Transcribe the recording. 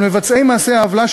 על מבצעי מעשי עוולה,